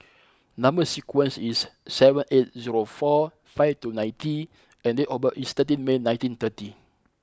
number sequence is seven eight zero four five two nine T and date of birth is thirteen May nineteen thirty